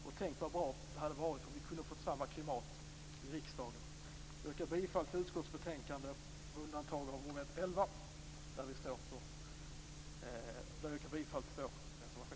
Och tänk vad bra det hade varit om vi kunde ha fått samma klimat i riksdagen. Jag yrkar bifall till hemställan i utskottets betänkande med undantag av mom. 11 där jag yrkar bifall till vår reservation.